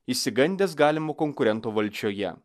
išsigandęs galimo konkurento valdžioje